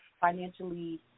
financially